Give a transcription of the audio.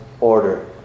order